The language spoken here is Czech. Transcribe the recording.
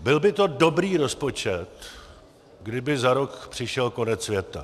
Byl by to dobrý rozpočet, kdyby za rok přišel konec světa.